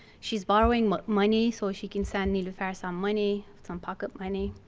she's borrowing money money so she can send niloufer some money, some pocket money.